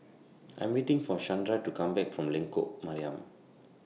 I'm waiting For Shandra to Come Back from Lengkok Mariam